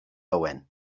owen